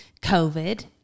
covid